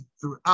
throughout